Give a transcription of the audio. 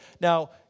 Now